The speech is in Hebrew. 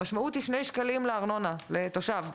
המשמעות היא שני שקלים לארנונה לתושב,